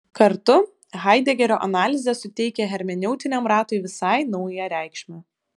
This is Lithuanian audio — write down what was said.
kartu haidegerio analizė suteikia hermeneutiniam ratui visai naują reikšmę